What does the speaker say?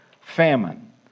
famine